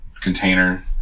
container